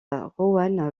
roanne